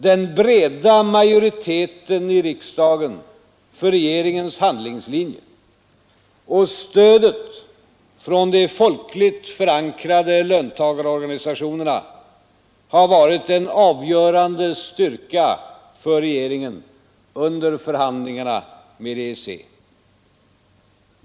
Den breda majoriteten i riksdagen för regeringens handelslinje och stödet från de folkligt förankrade löntagarorganisationerna har varit en avgörande styrka för regeringen under förhandlingarna med EEC.